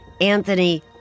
Anthony